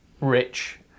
rich